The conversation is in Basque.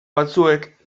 batzuek